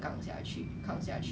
他有 active 的吗